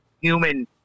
human